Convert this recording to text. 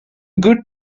good